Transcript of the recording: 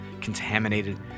contaminated